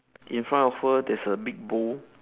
in front of her there's a big bowl